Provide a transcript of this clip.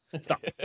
Stop